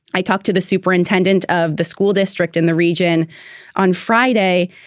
i talked to the superintendent of the school district in the region on friday,